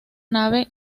nave